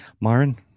Myron